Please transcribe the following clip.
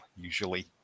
usually